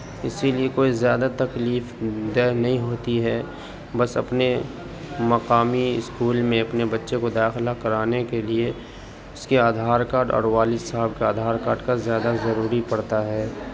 اسی لیے کوئی زیادہ تکلیف دہ نہیں ہوتی ہے بس اپنے مقامی اسکول میں اپنے بچے کو داخلہ کرانے کے لیے اس کے آدھار کارڈ اور والد صاحب کے آدھار کارڈ کا زیادہ ضروری پڑتا ہے